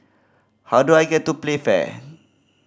how do I get to Playfair